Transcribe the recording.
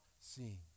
seeing